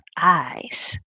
eyes